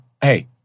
hey